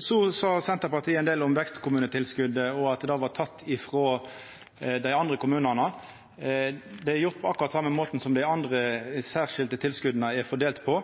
Så sa Senterpartiet ein del om vekstkommunetilskotet, og at det var teke frå dei andre kommunane. Dette er gjort på akkurat same måten som dei andre særskilte tilskota er fordelte på.